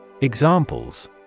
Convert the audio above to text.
Examples